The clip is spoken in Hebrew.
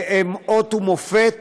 והם אות ומופת